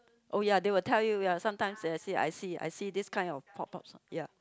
oh ya they will tell you ya sometimes they will I see I see this kind of pop ups ah ya